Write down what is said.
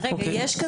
אני רוצה להתייחס.